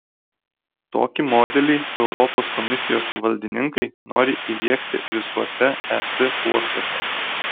tokį modelį europos komisijos valdininkai nori įdiegti visuose es uostuose